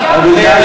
זה לא,